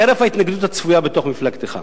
חרף ההתנגדות הצפויה בתוך מפלגתך.